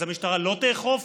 אז המשטרה לא תאכוף?